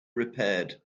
repaired